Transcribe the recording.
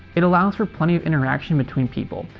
it allows for plenty of interaction between people.